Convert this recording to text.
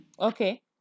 Okay